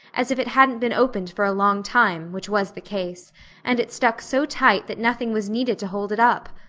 as if it hadn't been opened for a long time, which was the case and it stuck so tight that nothing was needed to hold it up.